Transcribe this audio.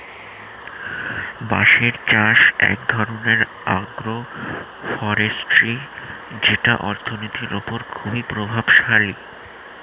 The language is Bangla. বাঁশের চাষ এক ধরনের আগ্রো ফরেষ্ট্রী যেটা অর্থনীতির ওপর খুবই প্রভাবশালী